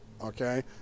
Okay